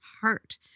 heart